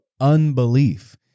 unbelief